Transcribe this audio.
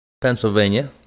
Pennsylvania